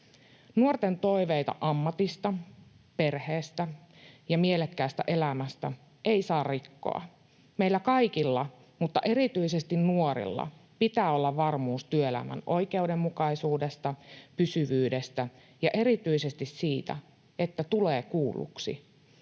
Nuorten toiveita ammatista, perheestä ja mielekkäästä elämästä ei saa rikkoa. Meillä kaikilla, mutta erityisesti nuorilla, pitää olla varmuus työelämän oikeudenmukaisuudesta, pysyvyydestä ja erityisesti siitä, että tulee kuulluksi.